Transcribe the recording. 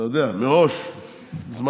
אתה יודע, מראש "זמני"